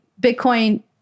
Bitcoin